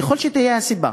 ככל שתהיה הסיבה,